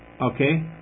Okay